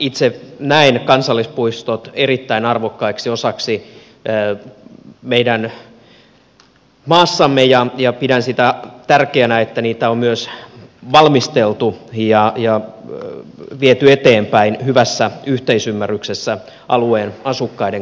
itse näen kansallispuistot erittäin arvokkaaksi osaksi meidän maassamme ja pidän sitä tärkeänä että tätä on myös valmisteltu ja viety eteenpäin hyvässä yhteisymmärryksessä alueen asukkaiden kanssa